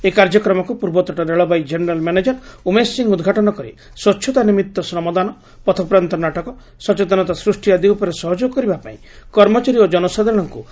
ଏହି କାର୍ଯ୍ୟକ୍ରମକ୍ ପୂର୍ବତଟ ରେଳବାଇ ଜେନେରାଲ୍ ମ୍ୟାନେକର ଉମେଶ ସିଂ ଉଦ୍ଘାଟନ କରି ସ୍ୱ ନିମିତ୍ତ ଶ୍ରମଦାନ ପଥପ୍ରାନ୍ତ ନାଟକ ସଚେତନତା ସୃଷ୍କି ଆଦି ଉପରେ ସହଯୋଗ କରିବା ପାଇଁ କର୍ମଚାରୀ ଓ ଜନସାଧାରଶଙ୍କୁ ଆହ୍ବାନ କରିଛନ୍ତି